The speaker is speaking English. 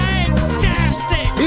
Fantastic